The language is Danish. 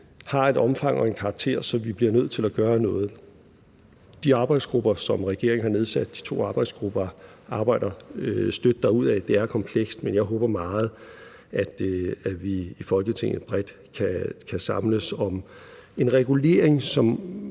har et omfang og en karakter, så vi bliver nødt til at gøre noget. De to arbejdsgrupper, som regeringen har nedsat, arbejder støt derudad Det er komplekst, men jeg håber meget, at vi i Folketinget bredt kan samles om en regulering, som